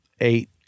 eight